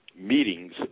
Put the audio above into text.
meetings